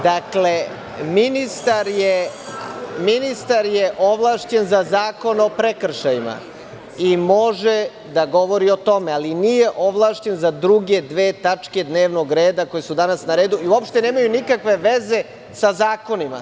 Dakle, ministar je ovlašćen za Zakon o prekršajima i može da govori o tome, ali nije ovlašćen za druge dve tačke dnevnog reda, koje su danas na redu i uopšte nemaju nikakve veze sa zakonima.